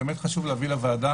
ובאמת חשוב להביא לוועדה